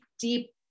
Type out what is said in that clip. deep